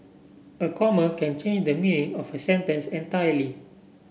a comma can change the meaning of a sentence entirely